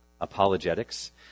apologetics